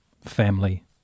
family